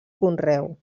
conreu